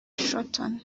ashton